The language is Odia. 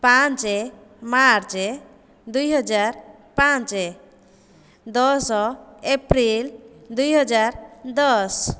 ପାଞ୍ଚ ମାର୍ଚ୍ଚ ଦୁଇହଜାର ପାଞ୍ଚ ଦଶ ଏପ୍ରିଲ ଦୁଇହଜାର ଦଶ